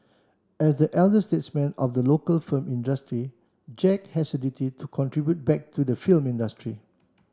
as the elder statesman of the local film industry Jack has a duty to contribute back to the film industry